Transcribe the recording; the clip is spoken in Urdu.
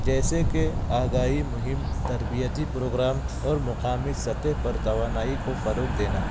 جیسے کہ آگاہی مہم تربیتی پروگرام اور مقامی سطح پر توانائی کو فروغ دینا